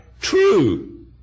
True